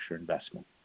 investment